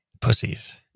Pussies